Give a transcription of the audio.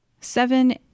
seven